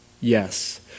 Yes